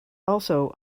also